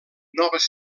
noves